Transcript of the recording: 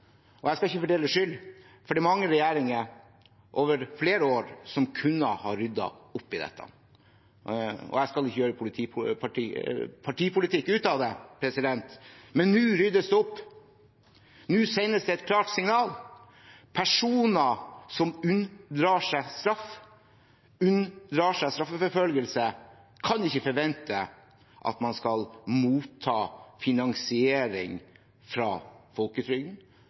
år. Jeg skal ikke fordele skyld, for det er mange regjeringer – over flere år – som kunne ha ryddet opp i dette. Jeg skal ikke gjøre partipolitikk ut av dette, men nå ryddes det opp, nå sendes det et klart signal: Personer som unndrar seg straff, unndrar seg straffeforfølgelse, kan ikke forvente at de skal motta finansiering fra folketrygden,